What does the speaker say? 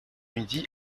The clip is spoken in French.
midi